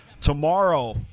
Tomorrow